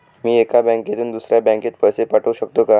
मी एका बँकेतून दुसऱ्या बँकेत पैसे पाठवू शकतो का?